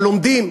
הלומדים.